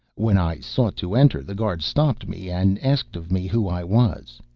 when i sought to enter, the guards stopped me and asked of me who i was.